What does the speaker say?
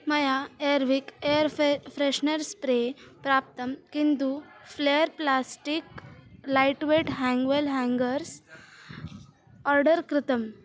मया Airwick air फे freshener spray प्राप्तं किन्तु फ्लेर् plastic light weight hang wall hangers order कृतम्